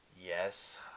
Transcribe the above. Yes